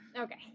Okay